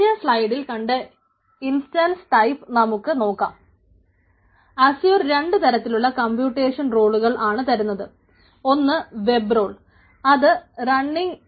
കഴിഞ്ഞ സ്ലൈഡിൽ കണ്ട ഇൻസ്റ്റൻസ് ടൈപ്പ് ആണ്